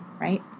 right